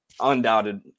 Undoubted